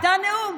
ונתן נאום.